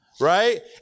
Right